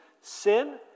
sin